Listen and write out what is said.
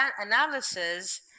analysis